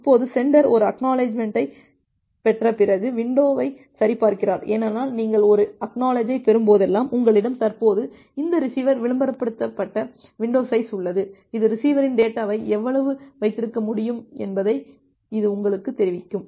இப்போது சென்டர் ஒரு ACK ஐப் பெற்ற பிறகு வின்டோவை சரிபார்க்கிறார் ஏனென்றால் நீங்கள் ஒரு ACK ஐப் பெறும்போதெல்லாம் உங்களிடம் தற்போது இந்த ரிசீவர் விளம்பரப்படுத்தப்பட்ட வின்டோ சைஸ் உள்ளது இது ரிசீவரின் டேட்டாவை எவ்வளவு வைத்திருக்க முடியும் என்பதை இது உங்களுக்குத் தெரிவிக்கும்